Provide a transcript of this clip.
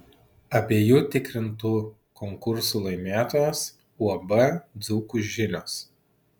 abiejų tikrintų konkursų laimėtojas uab dzūkų žinios